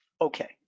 Okay